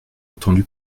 entendu